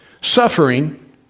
suffering